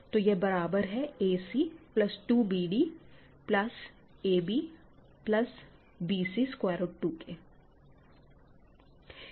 तो यह बराबर है ac plus 2 bd plus ab plus bc square root 2 के